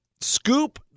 scoop